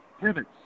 Pivots